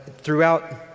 throughout